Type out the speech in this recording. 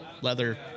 leather